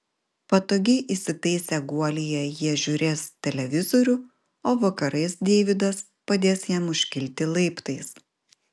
patogiai įsitaisę guolyje jie žiūrės televizorių o vakarais deividas padės jam užkilti laiptais